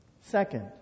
Second